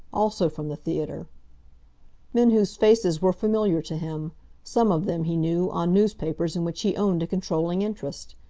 also from the theatre men whose faces were familiar to him some of them, he knew, on newspapers in which he owned a controlling interest.